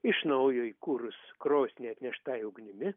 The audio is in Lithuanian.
iš naujo įkūrus krosnį atneštąja ugnimi